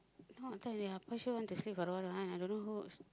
now what time already ah quite sure want to sleep for a while ah I don't know who